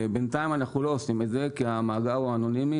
בינתיים אנחנו לא עושים את זה כי המאגר הוא אנונימי.